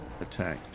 attack